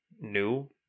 new